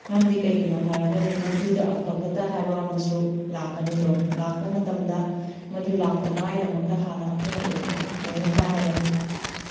ꯃꯔꯝꯗꯤ ꯀꯩꯒꯤꯅꯣ ꯍꯥꯏꯔꯒꯗꯤ ꯃꯗꯨꯗ ꯑꯐ ꯐꯠꯇ ꯍꯥꯏꯕ ꯑꯃꯁꯨ ꯂꯥꯛꯀꯅꯤꯗꯣ ꯂꯥꯛꯄ ꯃꯇꯝꯗ ꯃꯗꯨ ꯂꯥꯛꯇꯅꯉꯥꯏꯒꯤꯗꯃꯛꯇ ꯍꯥꯟꯅ ꯑꯩꯈꯣꯏꯅ ꯂꯣꯏꯅ ꯂꯣꯏꯅ ꯇꯥꯟꯅꯒꯅꯤ